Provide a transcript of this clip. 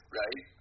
right